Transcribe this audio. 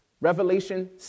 Revelation